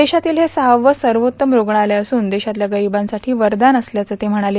देशातील हे सहावं सर्वात्तम रुग्णालय असून देशातल्या गरीबांसाठी वरदान असल्याचे ते म्हणाले